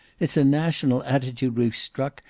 it's a national attitude we've struck,